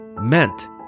meant